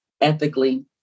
ethically